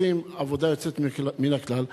עושים עבודה יוצאת מן הכלל,